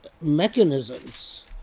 mechanisms